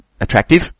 attractive